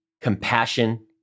compassion